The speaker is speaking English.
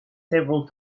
several